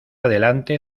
adelante